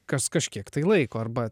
kas kažkiek laiko arba